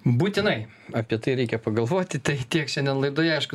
būtinai apie tai reikia pagalvoti tai tiek šiandien laidoje aišku